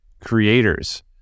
creators